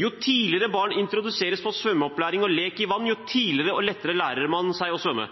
Jo tidligere barn introduseres for svømmeopplæring og lek i vann, jo tidligere og lettere lærer man seg å svømme.